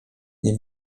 nie